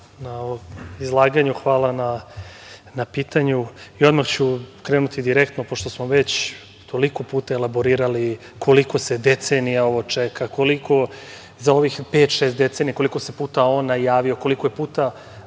Hvala na ovom izlaganju, hvala na pitanju. Odmah ću krenuti direktno pošto smo već toliko puta elaborirali koliko se decenija ovo čeka, koliko za ovih pet, šest decenija, koliko se puta ovo najavljivalo, koliko puta